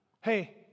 hey